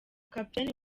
kapiteni